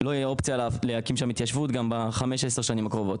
לא תהיה אופציה להקים שם התיישבות גם ב-5-10 שנים הקרובות.